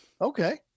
Okay